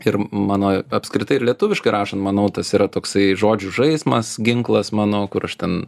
ir mano apskritai ir lietuviškai rašant manau tas yra toksai žodžių žaismas ginklas mano kur aš ten